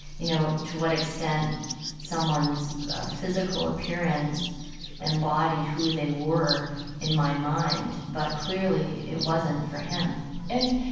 you know, to what extent someone's physical appearance embodied who they were in my mind. but clearly, it wasn't for him and,